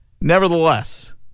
Nevertheless